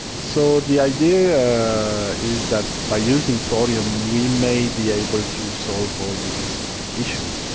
so the idea is that by using thorium we may be able to solve all these issues.